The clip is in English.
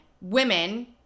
women